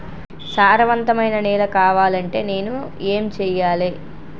సారవంతమైన నేల కావాలంటే నేను ఏం చెయ్యాలే?